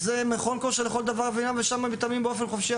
אלו מכוני כושר לכל דבר ועניין ואנשים מתאמנים שם באופן חופשי,